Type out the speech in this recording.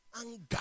Anger